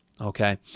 okay